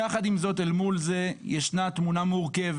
יחד עם זאת אל מול זה ישנה תמונה מורכבת